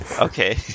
Okay